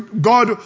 God